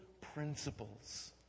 principles